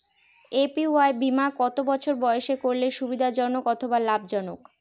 APY বীমা কত বছর বয়সে করলে সুবিধা জনক অথবা লাভজনক?